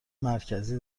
مرکزی